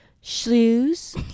Shoes